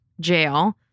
jail